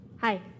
Hi